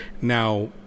Now